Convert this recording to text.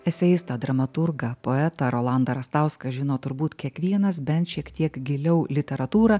eseistą dramaturgą poetą rolandą rastauską žino turbūt kiekvienas bent šiek tiek giliau literatūrą